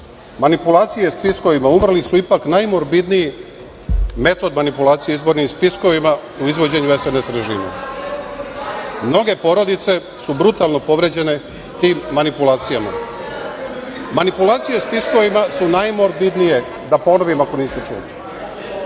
Manipulacije spiskovima umrlih su ipak najmorbidniji metod manipulacije izbornim spiskovima u izvođenju SNS režima. Mnoge porodice su brutalno povređene tim manipulacijama. Manipulacije spiskovima su najmorbidnije, da ponovim, ako niste čuli.